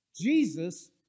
Jesus